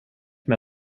med